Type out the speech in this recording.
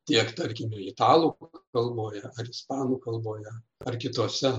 tiek tarkime italų kalboje ar ispanų kalboje ar kitose